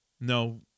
no